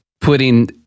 putting